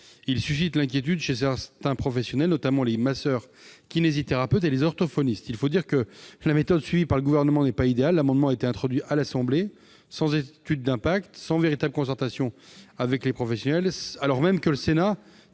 Il suscite l'inquiétude chez certains professionnels, notamment les masseurs-kinésithérapeutes et les orthophonistes. Il faut dire que la méthode suivie par le Gouvernement n'est pas idéale : l'article a été introduit à l'Assemblée nationale, sans étude d'impact et sans véritable concertation avec les professionnels, alors même que le Sénat